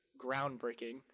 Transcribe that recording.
groundbreaking